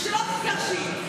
ושלא תתגרשי,